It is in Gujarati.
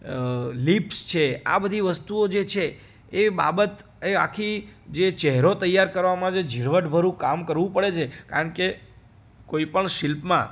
લિપ્સ છે આ બધી વસ્તુઓ જે છે એ બાબત એ આખી જે ચેહરો તૈયાર કરવામાં જે ઝીણવટભર્યું કામ કરવું પડે છે કારણકે કોઈપણ શિલ્પમાં